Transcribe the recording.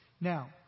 Now